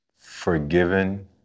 forgiven